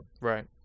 Right